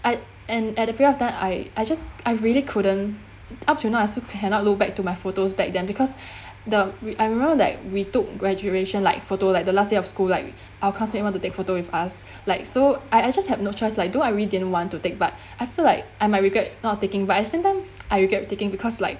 I and at that period of time I I just I really couldn't up till now I also cannot look back to my photos back then because the re~ I remember that we took graduation like photo like the last year of school like our classmate want to took photo with us like so I I just have no choice although I really didn't want to take but I feel like I might regret not taking but at the same time I regret taking because like